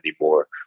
anymore